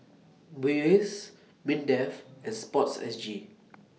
Muis Mindefand Sport S G